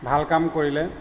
ভাল কাম কৰিলে